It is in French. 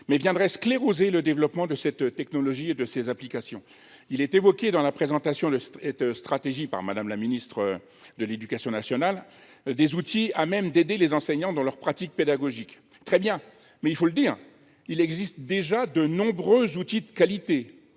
mais viendraient scléroser le développement de cette technologie et de ces applications. Il est évoqué dans la présentation de stratégie par Madame la Ministre de l'Education nationale des outils à même d'aider les enseignants dans leurs pratiques pédagogiques. Très bien, mais il faut le dire, il existe déjà de nombreux outils de qualité,